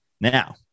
Now